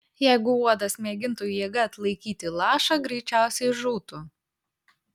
jeigu uodas mėgintų jėga atlaikyti lašą greičiausiai žūtų